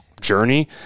journey